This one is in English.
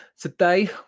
Today